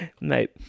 mate